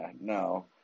No